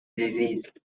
disease